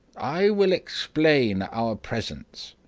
i will explain our presence.